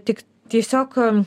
tik tiesiog